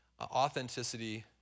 authenticity